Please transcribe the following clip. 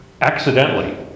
accidentally